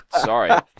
sorry